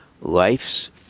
Life's